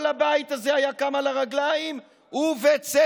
כל הבית הזה היה קם על הרגליים, ובצדק.